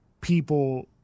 people